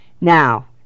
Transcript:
Now